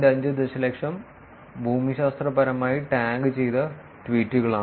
5 ദശലക്ഷം ഭൂമിശാസ്ത്രപരമായി ടാഗുചെയ്ത ട്വീറ്റുകളാണ്